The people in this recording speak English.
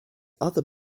other